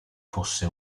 fosse